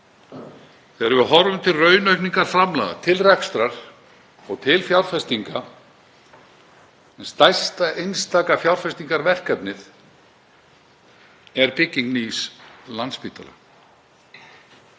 þegar við horfum til raunaukningar framlaga til rekstrar og til fjárfestinga, en stærsta einstaka fjárfestingarverkefnið er bygging nýs Landspítala.